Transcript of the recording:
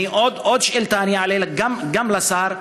עוד שאילתה אני אעלה גם לשר,